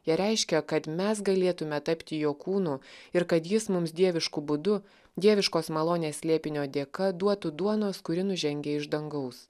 jie reiškia kad mes galėtume tapti jo kūnu ir kad jis mums dievišku būdu dieviškos malonės slėpinio dėka duotų duonos kuri nužengia iš dangaus